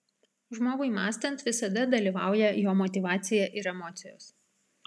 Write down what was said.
žmogui mąstant visada dalyvauja jo motyvacija ir emocijos